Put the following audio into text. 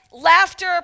laughter